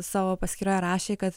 savo paskyroje rašė kad